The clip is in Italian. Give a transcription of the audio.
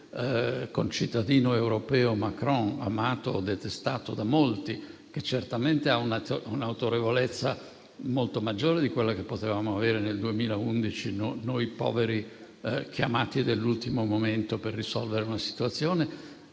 concittadino europeo Macron, amato o detestato da molti, ma che certamente ha un'autorevolezza molto maggiore di quella che potevamo avere nel 2011 noi poveri chiamati dell'ultimo momento per risolvere una situazione,